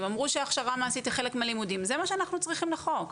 הם אמרו שההכשרה המעשית היא חלק מהלימודים זה מה שאנחנו צריכים לחוק,